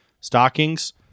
stockings